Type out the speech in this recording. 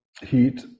heat